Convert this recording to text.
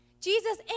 Jesus